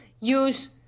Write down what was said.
use